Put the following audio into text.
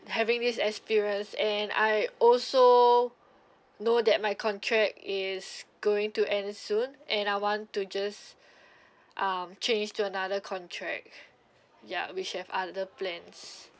having this experience and I also know that my contract is going to end soon and I want to just um change to another contract ya which have other plans